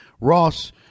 Ross